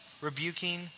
rebuking